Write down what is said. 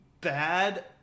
bad